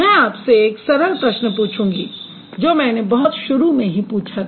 मैं आपसे एक सरल प्रश्न पूछूँगी जो मैंने बहुत शुरू में ही पूछा था